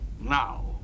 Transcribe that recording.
now